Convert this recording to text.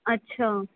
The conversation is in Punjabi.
ਅੱਛਾ